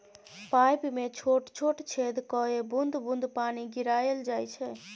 pipe मे छोट छोट छेद कए बुंद बुंद पानि गिराएल जाइ छै